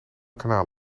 kanaal